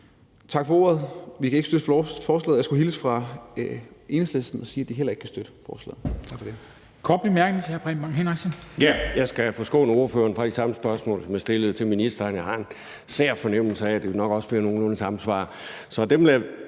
venteposition. Vi kan ikke støtte forslaget, og jeg skulle hilse at sige fra Enhedslisten, at de heller ikke kan støtte forslaget.